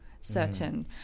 certain